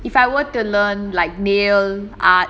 if I were to learn like nail art